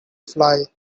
fly